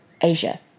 Asia